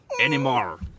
anymore